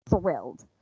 thrilled